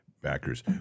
backers